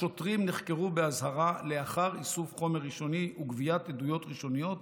השוטרים נחקרו באזהרה לאחר איסוף חומר ראשוני וגביית עדויות ראשוניות,